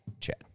Chad